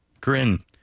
Grin